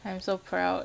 I am so proud